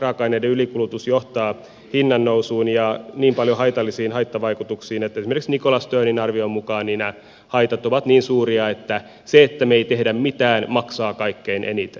raaka aineiden ylikulutus johtaa hinnan nousuun ja niin paljon haitallisiin haittavaikutuksiin että esimerkiksi nicholas sternin arvion mukaan nämä haitat ovat niin suuria että se että me emme tee mitään maksaa kaikkein eniten